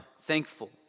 thankful